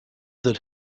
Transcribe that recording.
that